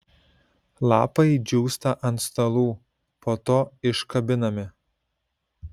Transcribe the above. lapai džiūsta ant stalų po to iškabinami